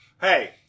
Hey